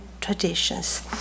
traditions